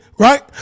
Right